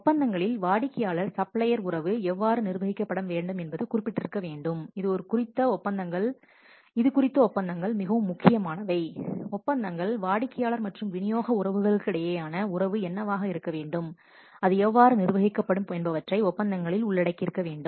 ஒப்பந்தங்களில் வாடிக்கையாளர் சப்ளையர் உறவு எவ்வாறு நிர்வகிக்கப்பட வேண்டும் என்பது குறிப்பிட்டிருக்க வேண்டும் இது குறித்த ஒப்பந்தங்கள் மிகவும் முக்கியமானவை ஒப்பந்தங்கள் வாடிக்கையாளர் மற்றும் விநியோக உறவுகளுக்கிடையேயான உறவு என்னவாக இருக்க வேண்டும் அது எவ்வாறு நிர்வகிக்கப்படும் என்பனவற்றை ஒப்பந்தங்களில் உள்ளடக்கியிருக்க வேண்டும்